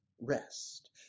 rest